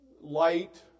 light